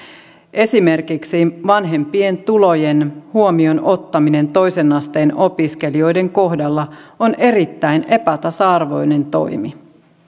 esimerkiksi vanhempien tulojen huomioon ottaminen toisen asteen opiskelijoiden kohdalla on erittäin epätasa arvoinen toimi